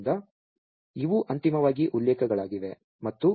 ಆದ್ದರಿಂದ ಇವು ಅಂತಿಮವಾಗಿ ಉಲ್ಲೇಖಗಳಾಗಿವೆ